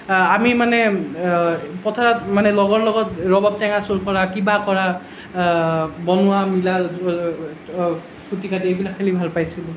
আমি মানে পথাৰত মানে লগৰ লগত ৰবাৰ টেঙা চুৰ কৰা কিবা কৰা বনোৱা মেলা কুটি কাতি এইবিলাক খেলি ভাল পাইছিলোঁ